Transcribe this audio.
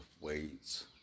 weights